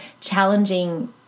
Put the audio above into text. challenging